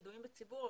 ידועים בציבור,